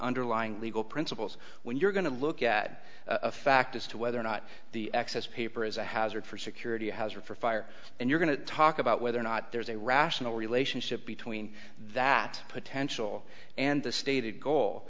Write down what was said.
underlying legal principles when you're going to look at a fact as to whether or not the excess paper is a hazard for security hazard for fire and you're going to talk about whether or not there's a rational relationship between that potential and the stated goal